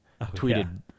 tweeted